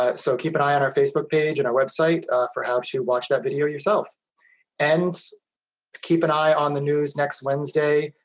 ah so, keep an eye on our facebook page, and our website for how to watch that video yourself and keep an eye on the news next wednesday,